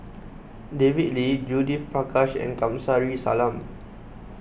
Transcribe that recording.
David Lee Judith Prakash and Kamsari Salam